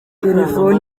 telefoni